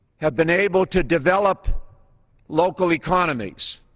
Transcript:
have been able to develop local economies.